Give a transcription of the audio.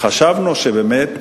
חשבנו שבאמת,